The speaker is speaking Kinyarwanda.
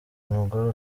umugore